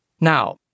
Now